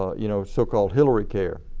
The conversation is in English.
you know so called hillary care.